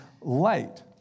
light